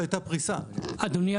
אדוני,